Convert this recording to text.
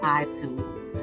iTunes